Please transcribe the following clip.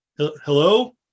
hello